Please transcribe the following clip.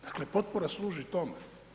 Dakle, potpora službi tome.